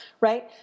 right